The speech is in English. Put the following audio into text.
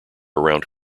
around